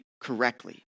correctly